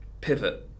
pivot